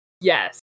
Yes